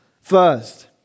First